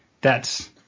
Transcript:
thats